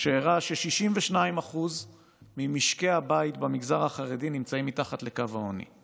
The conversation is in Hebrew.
שהראה ש-62% ממשקי הבית במגזר החרדי נמצאים מתחת לקו העוני,